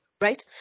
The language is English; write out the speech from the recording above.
Right